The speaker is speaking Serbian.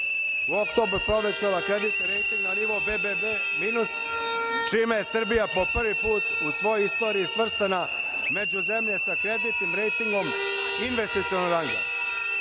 u oktobru povećala kreditni rejting na nivo BDP minut, čime je Srbija po prvi put u svojoj istoriji svrstana među zemlje sa kreditnim rejtingom investicionog